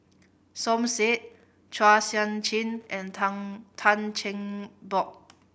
Som Said Chua Sian Chin and Tang Tan Cheng Bock